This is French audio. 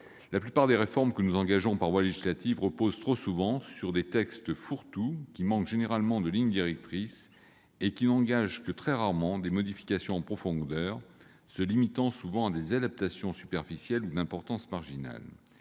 La plupart des réformes que nous engageons par voie législative reposent trop souvent sur des textes fourre-tout qui manquent généralement de ligne directrice et qui n'introduisent que très rarement des modifications en profondeur, se limitant fréquemment à des adaptations superficielles ou d'importance marginale.